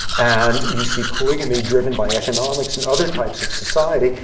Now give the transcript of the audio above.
and you see polygamy driven by economics in other types of society.